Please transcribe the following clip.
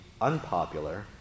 unpopular